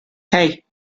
hey